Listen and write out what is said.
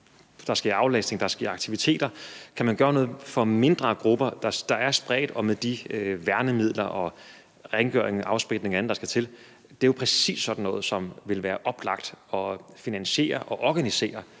sker aflastning og aktiviteter; om kan man gøre noget for mindre grupper, der er spredt, hvis man bruger de værnemidler og sørger for den rengøring og afspritning og andet, der skal til – er det præcis sådan noget, som vil være oplagt at finansiere og organisere